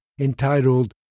entitled